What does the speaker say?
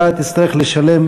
אתה תצטרך לשלם